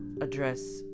address